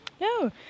No